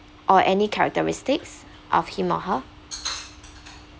or any characteristics of him or her